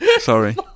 Sorry